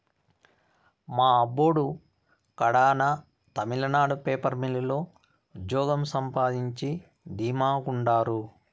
మా అబ్బోడు కడాన తమిళనాడు పేపర్ మిల్లు లో ఉజ్జోగం సంపాయించి ధీమా గుండారు